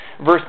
Verse